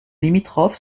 limitrophes